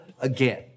again